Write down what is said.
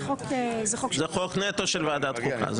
זה חוק של --- זה חוק נטו של ועדת החוקה.